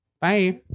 bye